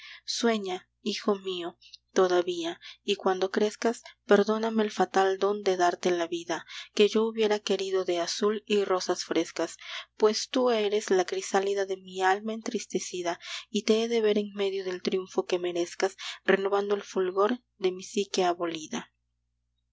sueña hijo mío todavía y cuando crezcas perdóname el fatal don de darte la vida que yo hubiera querido de azul y rosas frescas pues tú eres la crisálida de mi alma entristecida y te he de ver en medio del triunfo que merezcas renovando el fulgor de mi psique abolida